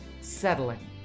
settling